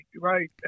right